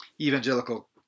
Evangelical